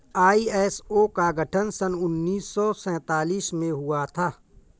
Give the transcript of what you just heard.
ISO का गठन सन उन्नीस सौ सैंतालीस में हुआ था